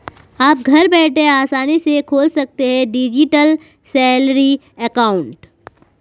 आप घर बैठे आसानी से खोल सकते हैं डिजिटल सैलरी अकाउंट